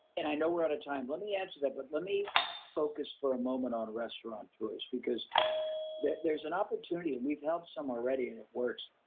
and i know we're out of time. let me add to that. but let me focus for a moment on restaurateurs, because there's an opportunity and we've helped some already and it works.